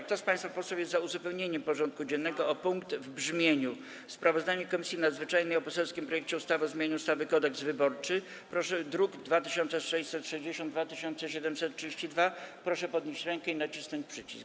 Kto z państwa posłów jest za uzupełnieniem porządku dziennego o punkt w brzmieniu: Sprawozdanie Komisji Nadzwyczajnej o poselskim projekcie ustawy o zmianie ustawy Kodeks wyborczy, druki nr 2660 i 2732, proszę podnieść rękę i nacisnąć przycisk.